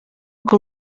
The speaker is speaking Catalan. que